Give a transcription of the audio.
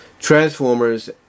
Transformers